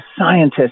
scientists